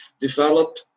develop